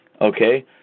okay